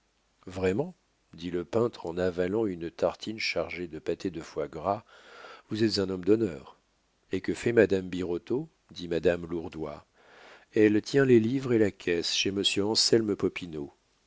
vraiment dit le peintre en avalant une tartine chargée de pâté de foie gras vous êtes un homme d'honneur et que fait madame birotteau dit madame lourdois elle tient les livres et la caisse chez monsieur anselme